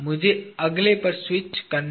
मुझे अगले पर स्विच करने दें